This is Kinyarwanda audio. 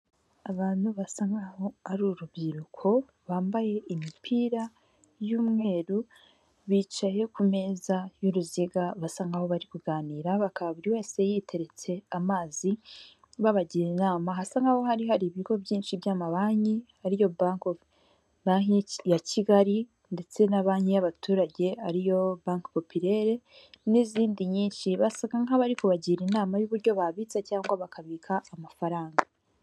Abantu basa nkaho ari urubyiruko bambaye imipira y'umweru bicaye ku meza y'uruziga basa nkaho bari kuganira bakaba buri wese yiteretse amazi, babagira inama hasa nkaho aho hari hari ibigo byinshi by'amabanki ariyo banki ya kigali ndetse na banki y'abaturage ariyo banki popirare n'izindi nyinshi basaga nk'abari kubagira inama y'uburyo babitsa cyangwa bakabika amafaranga.